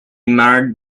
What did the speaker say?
married